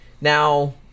Now